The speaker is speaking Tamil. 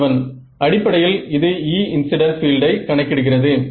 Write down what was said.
மாணவன் அடிப்படையில் இது இன்சிடென்ட் பீல்டை கணக்கிடுகிறது